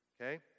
okay